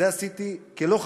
את זה עשיתי כלא-חכם.